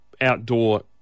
outdoor